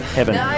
Heaven